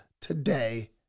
today